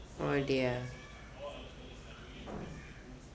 oh dear